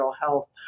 Health